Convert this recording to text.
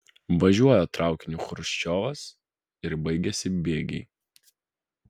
važiuoja traukiniu chruščiovas ir baigiasi bėgiai